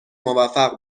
موفق